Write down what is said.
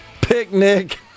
Picnic